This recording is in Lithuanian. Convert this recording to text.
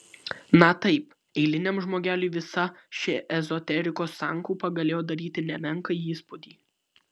na taip eiliniam žmogeliui visa ši ezoterikos sankaupa galėjo daryti nemenką įspūdį